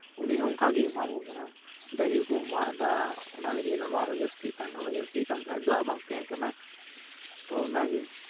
ᱩᱱᱤᱦᱚᱸ ᱚᱱᱠᱟ ᱜᱮᱭ ᱮᱢᱟᱵᱚᱱ ᱠᱟᱱᱟ ᱫᱟᱨᱮ ᱠᱚ ᱢᱟᱜ ᱮᱫᱟ ᱚᱱᱟ ᱞᱟᱹᱜᱤᱫ ᱞᱚᱞᱚ ᱟᱨᱦᱚᱸ ᱡᱟᱹᱥᱛᱤᱜ ᱠᱟᱱᱟ ᱞᱚᱞᱚ ᱡᱟᱹᱥᱛᱤᱜ ᱠᱟᱱ ᱠᱷᱟᱱ ᱫᱟᱜ ᱵᱟᱝ ᱛᱟᱦᱮᱱ ᱠᱟᱱᱟ ᱛᱚ ᱚᱱᱟ ᱜᱮ